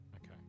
Okay